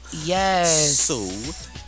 Yes